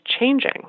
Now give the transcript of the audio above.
changing